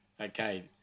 Okay